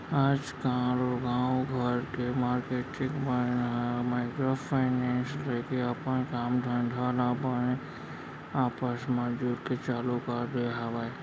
आजकल गाँव घर के मारकेटिंग मन ह माइक्रो फायनेंस लेके अपन काम धंधा ल बने आपस म जुड़के चालू कर दे हवय